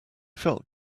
felt